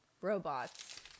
Robots